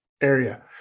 area